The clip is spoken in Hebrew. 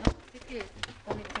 ננעלה